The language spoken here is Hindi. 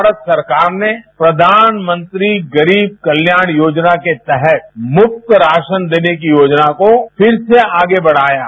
कल ही भारत सरकार ने प्रधानमंत्री गरीब कल्याण योजना के तहत मुफ्त राशन देने की योजना को फिर से आगे बढ़ाया है